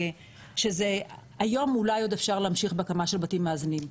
שזה היום עוד אולי אפשר להמשיך בהקמה של בתים מאזנים,